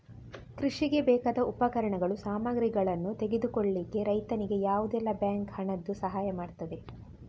ಕೃಷಿಗೆ ಬೇಕಾದ ಉಪಕರಣಗಳು, ಸಾಮಗ್ರಿಗಳನ್ನು ತೆಗೆದುಕೊಳ್ಳಿಕ್ಕೆ ರೈತನಿಗೆ ಯಾವುದೆಲ್ಲ ಬ್ಯಾಂಕ್ ಹಣದ್ದು ಸಹಾಯ ಮಾಡ್ತದೆ?